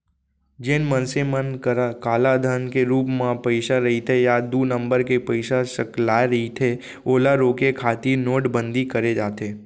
जेन मनसे मन करा कालाधन के रुप म पइसा रहिथे या दू नंबर के पइसा सकलाय रहिथे ओला रोके खातिर नोटबंदी करे जाथे